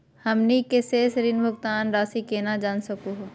हमनी के शेष ऋण भुगतान रासी केना जान सकू हो?